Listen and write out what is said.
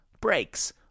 breaks